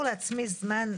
לפרוטוקול שאני מבקש רוויזיה.